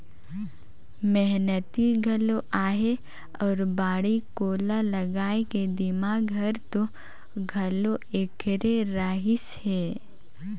मेहनती घलो अहे अउ बाड़ी कोला लगाए के दिमाक हर तो घलो ऐखरे रहिस हे